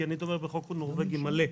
כי אני תומך בחוק נורבגי מלא.